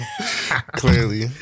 Clearly